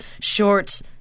short